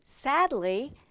Sadly